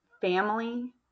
family